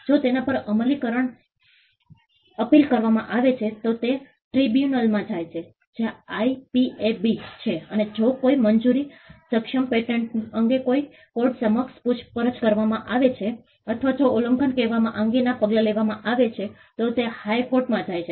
જો તેના પર અપીલ કરવામાં આવે છે તો તે ટ્રિબ્યુનલમાં જાય છે જે આઈપીએબી છે અને જો કોઈ મંજૂરી સમક્ષ પેટન્ટ અંગે કોર્ટ સમક્ષ પૂછપરછ કરવામાં આવે છે અથવા જો ઉલ્લંઘન કહેવા અંગેના પગલા લેવામાં આવે છે તો તે હાઈ કોર્ટમાં જાય છે